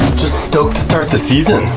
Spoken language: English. just stoked to start the season.